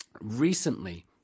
Recently